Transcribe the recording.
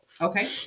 okay